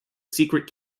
secret